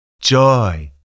joy